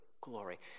glory